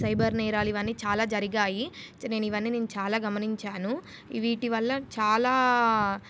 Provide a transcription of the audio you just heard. cyber నేరాలు ఇవన్నీ చాలా జరిగాయి నేను ఇవన్నీ నేను చాలా గమనించాను వీటివల్ల చాలా